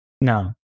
No